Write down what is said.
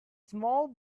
small